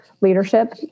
leadership